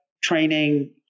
training